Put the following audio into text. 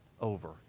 over